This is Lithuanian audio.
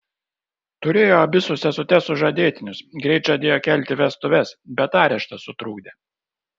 turėjo abi su sesute sužadėtinius greit žadėjo kelti vestuves bet areštas sutrukdė